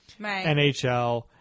NHL